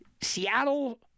Seattle